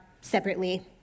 separately